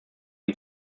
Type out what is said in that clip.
den